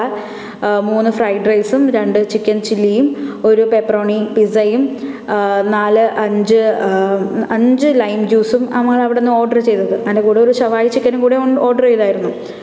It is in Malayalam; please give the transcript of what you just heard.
മൂന്നു ഫ്രൈഡ് റൈസും രണ്ട് ചിക്കൻ ചില്ലിയും ഒരു പെപ്പറോണി പിസയും നാല് അഞ്ച് അഞ്ച് ലൈം ജ്യൂസും നമ്മളവിടുന്ന് ഓർഡര് ചെയ്തത് അതിന്റെ കൂടെ ഒരു ഷവായി ചിക്കനും കൂടെ ഓഡറെയ്തായിരുന്നു